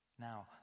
Now